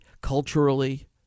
culturally